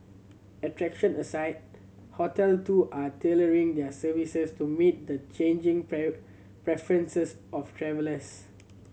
attraction aside hotel too are tailoring their services to meet the changing preferences of travellers